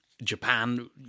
japan